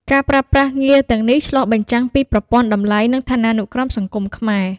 ការប្រើប្រាស់ងារទាំងនេះឆ្លុះបញ្ចាំងពីប្រព័ន្ធតម្លៃ និងឋានានុក្រមសង្គមខ្មែរ។